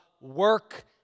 work